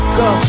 go